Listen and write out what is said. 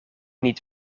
niet